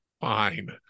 fine